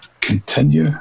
continue